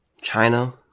China